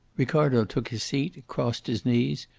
ricardo took his seat, crossed his knees,